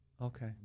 Okay